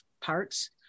parts